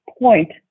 point